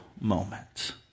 moment